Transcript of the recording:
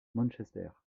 manchester